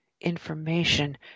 information